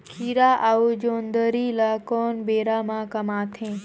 खीरा अउ जोंदरी ल कोन बेरा म कमाथे?